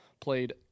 played